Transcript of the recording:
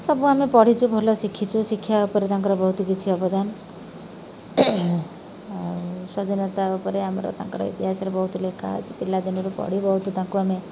ସବୁ ଆମେ ପଢ଼ିଛୁ ଭଲ ଶିଖିଛୁ ଶିକ୍ଷା ଉପରେ ତାଙ୍କର ବହୁତ କିଛି ଅବଦାନ ଆଉ ସ୍ୱାଧୀନତା ଉପରେ ଆମର ତାଙ୍କର ଇତିହାସରେ ବହୁତ ଲେଖା ଅଛି ପିଲାଦିନରୁ ପଢ଼ି ବହୁତ ତାଙ୍କୁ ଆମେ